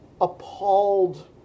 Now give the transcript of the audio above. appalled